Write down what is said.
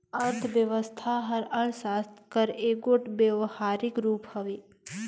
अर्थबेवस्था हर अर्थसास्त्र कर एगोट बेवहारिक रूप हवे